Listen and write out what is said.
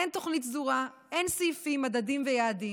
אין תוכנית סדורה, אין סעיפים, מדדים ויעדים,